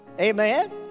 amen